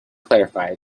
clarify